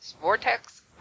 Vortex